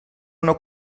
una